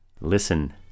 Listen